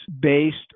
based